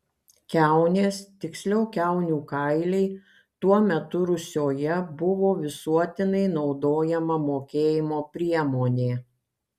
kiaunės tiksliau kiaunių kailiai tuo metu rusioje buvo visuotinai naudojama mokėjimo priemonė